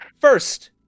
first